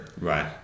Right